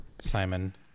Simon